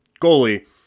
goalie